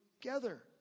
together